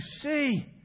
see